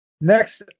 Next